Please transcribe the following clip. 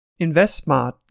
InvestSmart